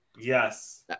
Yes